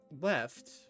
left